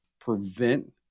prevent